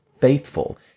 faithful